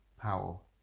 Powell